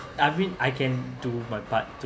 I mean I can do my part to